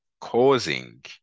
causing